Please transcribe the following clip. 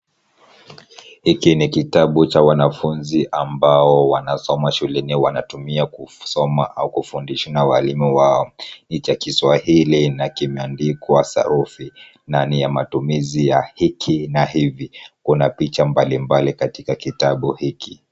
Hiki ni kitabu cha wanafunzi ambao wanasoma shuleni wanatumia kusoma au kufundishwa na walimu wao, ni cha Kiswahili na kimeandikwa sarufi na ni ya matumizi ya hiki na hivi. Kuna picha mbalimbali katika kitabu hiki.